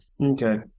Okay